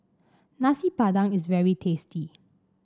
Nasi Padang is very tasty